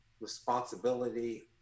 responsibility